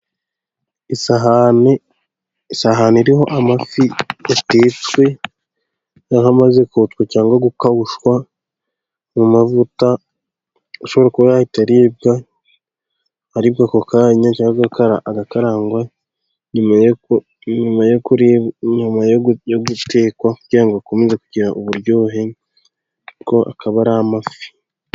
Isahani iriho amafi yatetswe, aho amaze kotswa cyangwa gukarushwa mu mavuta, ashobora kuba yahita aribwa, aribwa ako kanya cyangwa agakarangwa, nyuma yo gutekwa kugiran ngo akomeze kugira uburyohe, Ayo akaba ari amafi.